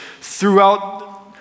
throughout